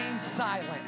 silent